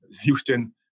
Houston